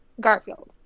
Garfield